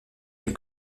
une